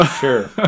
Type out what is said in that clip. Sure